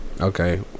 Okay